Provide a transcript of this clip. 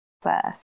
first